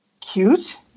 Cute